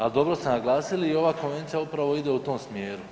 A dobro ste naglasili, i ova konvencija upravo ide u tom smjeru.